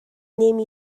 نمی